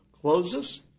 closes